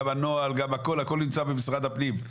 גם הנוהל וגם הכל נמצא במשרד הפנים.